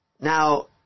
Now